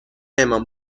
امام